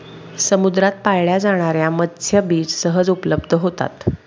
समुद्रात पाळल्या जाणार्या मत्स्यबीज सहज उपलब्ध होतात